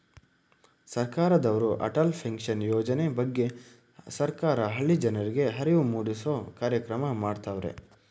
ಸರ್ಕಾರದವ್ರು ಅಟಲ್ ಪೆನ್ಷನ್ ಯೋಜನೆ ಬಗ್ಗೆ ಸರ್ಕಾರ ಹಳ್ಳಿ ಜನರ್ರಿಗೆ ಅರಿವು ಮೂಡಿಸೂ ಕಾರ್ಯಕ್ರಮ ಮಾಡತವ್ರೆ